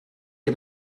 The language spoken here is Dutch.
heb